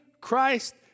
Christ